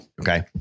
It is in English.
Okay